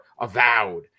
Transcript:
Avowed